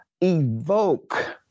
evoke